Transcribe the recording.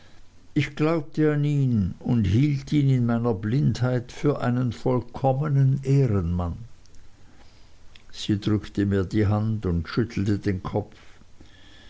ich glaubte an ihn und hielt ihn in meiner blindheit für einen vollkommenen ehrenmann sie drückte mir die hand und schüttelte den kopf